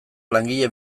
langile